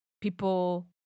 people